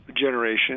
generation